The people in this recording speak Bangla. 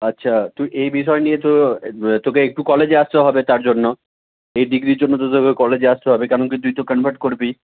আচ্ছা তুই এই বিষয় নিয়ে তো এ তোকে একটু কলেজে আসতে হবে তার জন্য এই ডিগ্রির জন্য তো তোকে কলেজে আসতে হবে কারণ কি তুই তো কনভার্ট করবি